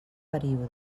període